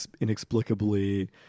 inexplicably